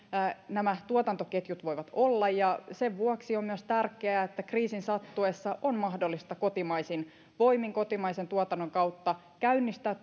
nämä tuotantoketjut voivat olla sen vuoksi on myös tärkeää että kriisin sattuessa on mahdollista kotimaisin voimin kotimaisen tuotannon kautta käynnistää